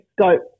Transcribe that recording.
scope